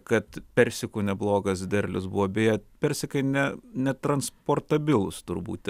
kad persikų neblogas derlius buvo beje persikai ne netransportabilūs turbūt